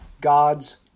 God's